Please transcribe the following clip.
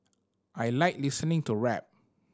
I like listening to rap